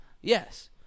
Yes